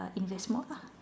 err invest more lah